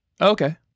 Okay